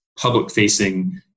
public-facing